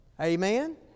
Amen